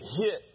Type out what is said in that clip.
hit